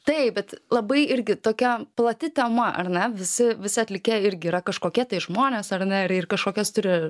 taip bet labai irgi tokia plati tema ar ne visi visi atlikėjai irgi yra kažkokie tai žmonės ar ne ir ir kažkokias turi